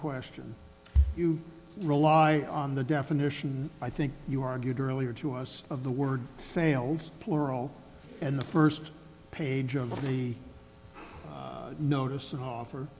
question you rely on the definition i think you argued earlier to us of the word sales plural and the first page of the notice